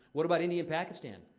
what about india and pakistan?